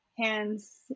hands